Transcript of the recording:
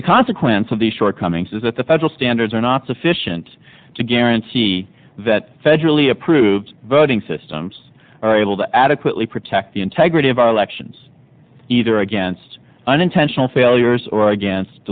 the consequence of these shortcomings is that the federal standards are not sufficient to guarantee that federally approved voting systems are able to adequately protect the integrity of our elections either against unintentional failures or against